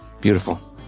Beautiful